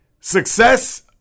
success